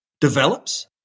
develops